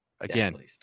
Again